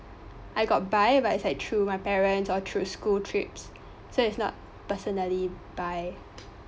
I got buy but it's like through my parents or through school trips so is not personally buy